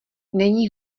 není